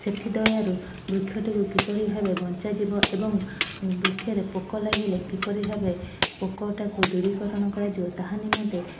ସେଥି ଦୟାରୁ ବୃକ୍ଷଟିକୁ କିଭଳି ଭାବେ ବଞ୍ଚାଯିବ ଏବଂ ବୃକ୍ଷରେ ପୋକ ଲାଗିଲେ କିପରି ଭାବେ ପୋକଟାକୁ ଦୂରୀକରଣ କରାଯିବ ତାହା ନିମନ୍ତେ